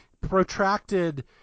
protracted